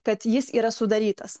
kad jis yra sudarytas